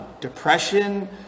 depression